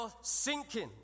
sinking